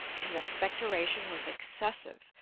his expectoration was excessive.